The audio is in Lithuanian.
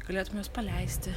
galėtum juos paleisti